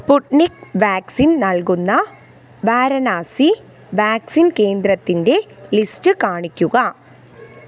Sputnik vaccine നൽകുന്ന Varanasi vaccine കേന്ദ്രത്തിൻ്റെ list കാണിക്കുക